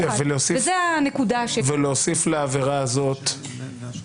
בסופו של דבר